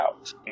out